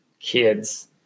kids